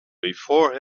before